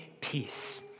peace